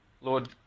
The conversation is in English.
Lord